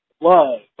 love